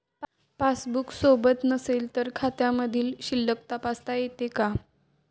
Passbook सोबत नसेल तर खात्यामधील शिल्लक तपासता येते का?